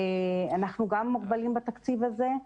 אנחנו גם מוגבלים בתקציב הזה.